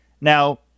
Now